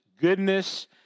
Goodness